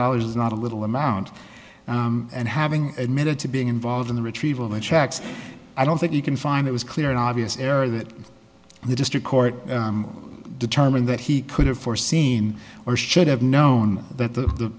dollars is not a little amount and having admitted to being involved in the retrieval of the checks i don't think you can find it was clear and obvious error that the district court determined that he could have foreseen or should have known that